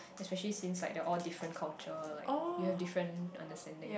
especially since like they're all different culture like you have different understanding